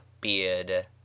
beard